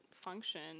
function